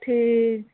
ठीक